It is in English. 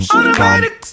Automatic